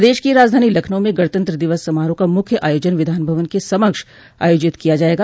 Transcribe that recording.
प्रदेश की राजधानी लखनऊ में गणतंत्र दिवस समारोह का मुख्य आयोजन विधान भवन के समक्ष आयोजित किया जायेगा